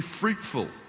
fruitful